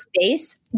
space